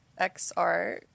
XR